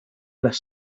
las